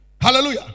Hallelujah